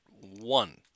one